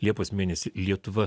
liepos mėnesį lietuva